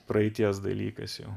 praeities dalykas jau